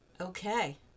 Okay